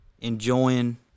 enjoying